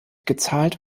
gezahlt